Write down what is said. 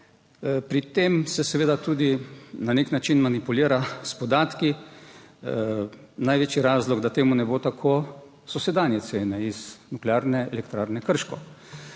Pri tem se seveda tudi na nek način manipulira s podatki. Največji razlog, da temu ne bo tako, so sedanje cene iz Nuklearne elektrarne Krško.